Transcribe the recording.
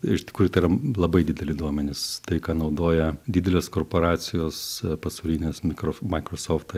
iš tikrųjų tai yra labai dideli duomenys tai ką naudoja didelės korporacijos pasaulinės mikro maikrosoftai